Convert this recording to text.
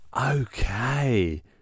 okay